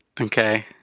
Okay